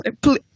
please